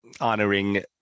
honoring